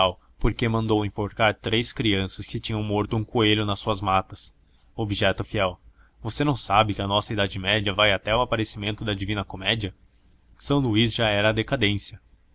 porque mandou enforcar três crianças que tinham morto um coelho nas suas matas objeta o fiel você não sabe que a nossa idade média vai até o aparecimento da divina comédia são luís já era a decadência